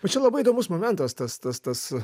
bet čia labai įdomus momentas tas tas tas